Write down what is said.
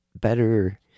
better